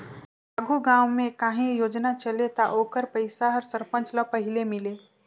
आघु गाँव में काहीं योजना चले ता ओकर पइसा हर सरपंच ल पहिले मिले